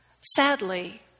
Sadly